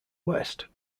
west